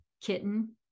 kitten